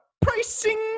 pricing